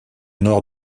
nord